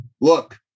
look